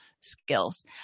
skills